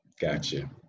Gotcha